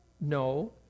No